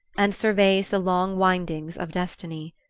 and surveys the long windings of destiny.